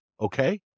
Okay